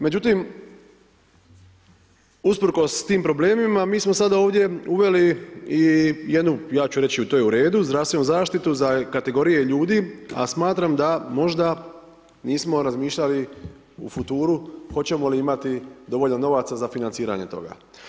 Međutim usprkos tim problemima, mi smo sada ovdje uveli i jednu ja ću reći i to je u redu, zdravstvenu zaštitu za kategorije ljudi a smatram da možda nismo razmišljali u futuru hoćemo li imati dovoljno novaca za financiranje toga.